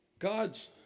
God's